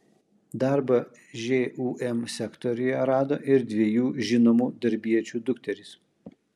darbą žūm sektoriuje rado ir dviejų žinomų darbiečių dukterys